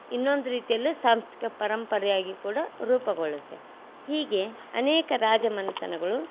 ಇನ್ನೊಂದು ರೀತಿಯಲ್ಲೂ ಸಾಂಸ್ಕೃತಿಕ ಪರಂಪರೆಯಾಗಿ ಕೂಡ ರೂಪುಗೊಳ್ಳುತ್ತೆ ಹೀಗೆ ಅನೇಕ ರಾಜಮನೆತನಗಳು